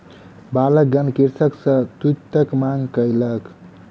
बालकगण कृषक सॅ तूईतक मांग कयलक